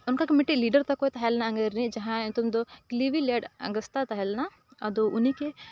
ᱚᱱᱠᱟ ᱜᱮ ᱢᱤᱫᱴᱤᱡ ᱞᱤᱰᱟᱨ ᱛᱟᱠᱚ ᱛᱟᱦᱮᱸ ᱞᱮᱱᱟ ᱡᱟᱦᱟᱸᱭ ᱧᱩᱛᱩᱢ ᱫᱚ ᱫᱚ ᱠᱤᱞᱤᱵᱤᱞᱮᱱᱰ ᱟᱜᱚᱥᱛᱟ ᱛᱟᱦᱮᱸ ᱞᱮᱱᱟ ᱟᱫᱚ ᱩᱱᱤᱜᱮ